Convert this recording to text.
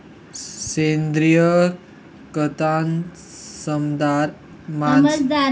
सेंद्रिय खतंसमझार मांस प्रक्रिया करेल कचरा, खतं, स्लरी आणि सरवा प्राणीसना कचराना समावेश व्हस